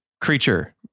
Creature